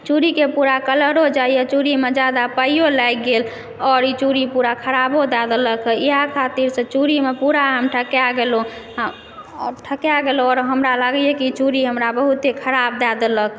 चूड़ीकेँ पूरा कलरो जाइए चूड़ीमे जादा पाइओ लागि गेल आओर ई चूड़ी पूरा खरापो दय देलक इएह खातिरसँ चूड़ीमे पूरा हम ठका गेलहुँ ठका गेलहुँ आओर हमरा लागयए कि इ चूड़ी हमरा बहुते खराप दए देलक